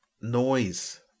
noise